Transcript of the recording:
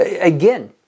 Again